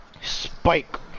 Spike